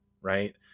right